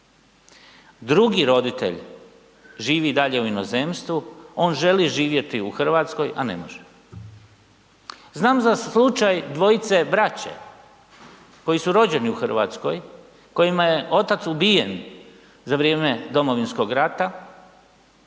drugi roditelj živi dalje u inozemstvu, on želi živjeti u Hrvatskoj, a ne može. Znam za slučaj dvojice braće koji su rođeni u Hrvatskoj, kojima je otac ubijen za vrijeme Domovinskog rata